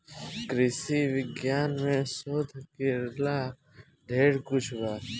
कृषि विज्ञान में शोध करेला ढेर कुछ बा